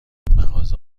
مغازه